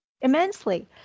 immensely